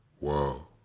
Wow